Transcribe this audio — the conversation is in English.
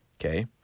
okay